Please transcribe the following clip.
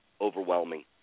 overwhelming